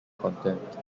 content